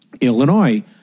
Illinois